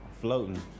Floating